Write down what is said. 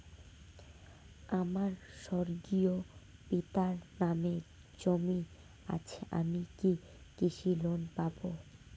আমার স্বর্গীয় পিতার নামে জমি আছে আমি কি কৃষি লোন পাব?